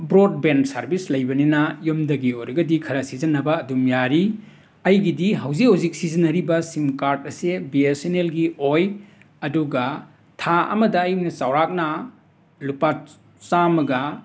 broadband service ꯂꯩꯕꯅꯤꯅ ꯌꯨꯝꯗꯒꯤ ꯑꯣꯏꯔꯒꯗꯤ ꯈꯔ ꯁꯤꯖꯤꯟꯅꯕ ꯑꯗꯨꯝ ꯌꯥꯔꯤ ꯑꯩꯒꯤꯗꯤ ꯍꯧꯖꯤꯛ ꯍꯧꯖꯤꯛ ꯁꯤꯖꯤꯟꯅꯔꯤꯕ ꯁꯤꯝ ꯀꯥꯔꯠ ꯑꯁꯤ ꯕꯤ ꯑꯦꯁ ꯑꯦꯟ ꯑꯦꯜꯒꯤ ꯑꯣꯏ ꯑꯗꯨꯒ ꯊꯥ ꯑꯃꯗ ꯑꯩꯅ ꯆꯥꯎꯔꯥꯛꯅ ꯂꯨꯄꯥ ꯆ ꯆꯥꯝꯃꯒ